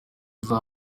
uzaba